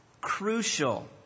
crucial